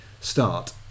start